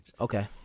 Okay